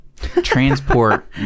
transport